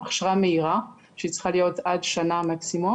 שזה On the Job Training במקצועות שלא דרושה בהם תעודת מקצוע,